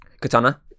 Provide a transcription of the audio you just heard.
katana